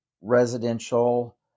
residential